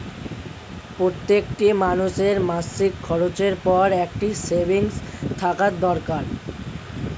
প্রত্যেকটি মানুষের মাসিক খরচের পর একটা সেভিংস থাকা দরকার